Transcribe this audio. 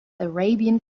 arabian